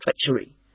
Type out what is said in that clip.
treachery